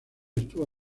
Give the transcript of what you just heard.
estuvo